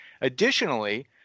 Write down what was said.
additionally